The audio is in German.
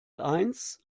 eins